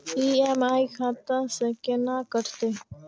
EMI खाता से केना कटते?